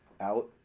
out